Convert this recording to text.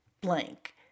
blank